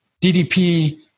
DDP